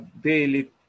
daily